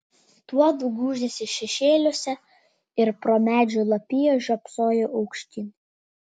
tuodu gūžėsi šešėliuose ir pro medžių lapiją žiopsojo aukštyn